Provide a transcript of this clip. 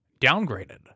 downgraded